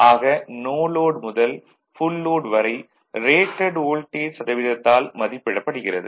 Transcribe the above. ஆக no load முதல் full load வரை ரேடட் வோல்டேஜ் சதவீதத்தால் மதிப்பிடப்படுகிறது